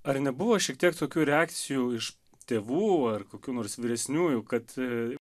ar nebuvo šiek tiek tokių reakcijų iš tėvų ar kokių nors vyresniųjų kad